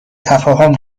تفاهم